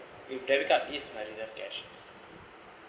if debit card is my reserve cash